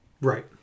right